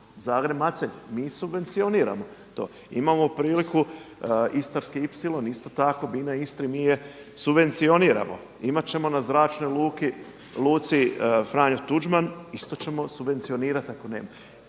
Zagreb-Macelj, mi subvencioniramo to. Imamo priliku Istarski iplislon, Bina-Istra, mi je subvencioniramo. Imati ćemo na zračnoj luci Franjo tuđman, isto ćemo subvencionirati ako nema.